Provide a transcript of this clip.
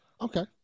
Okay